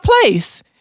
place